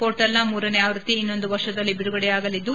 ಪೋರ್ಟಲ್ನ ಮೂರನೇ ಆವೃತ್ತಿ ಇನ್ನೊಂದು ವರ್ಷದಲ್ಲಿ ಬಿಡುಗಡೆ ಯಾಗಲಿದ್ದು